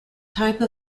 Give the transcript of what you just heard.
type